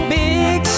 big